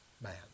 man